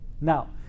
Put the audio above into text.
Now